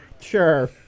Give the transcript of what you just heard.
Sure